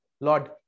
Lord